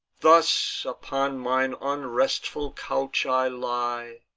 thus upon mine unrestful couch i lie,